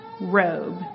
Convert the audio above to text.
robe